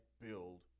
build